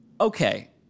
Okay